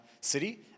city